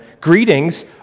greetings